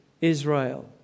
Israel